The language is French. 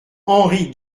henry